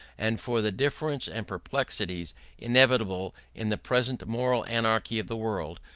and for the diffidence and perplexity inevitable in the present moral anarchy of the world,